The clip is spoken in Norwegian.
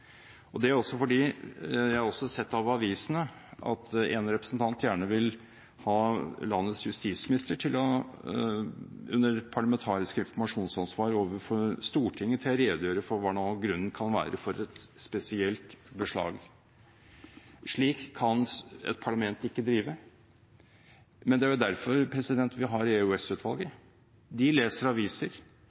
er fordi jeg også har sett av avisene at en representant gjerne vil ha landets justisminister – under parlamentarisk informasjonsansvar overfor Stortinget – til å redegjøre for hva grunnen kan være for et spesielt beslag. Slik kan et parlament ikke drive, men det er jo derfor vi har EOS-utvalget. De leser aviser,